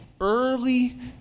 early